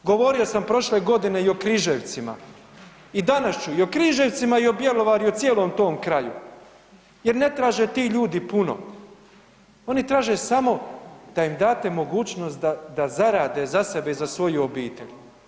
Govorio sam prošle godine i o Križevcima i danas ću i o Križevcima i o Bjelovaru i o cijelom tom kraju jer ne traže ti ljudi puno, oni traže samo da im date mogućnost da zarade za sebe i za svoju obitelj.